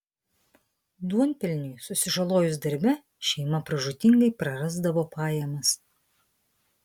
duonpelniui susižalojus darbe šeima pražūtingai prarasdavo pajamas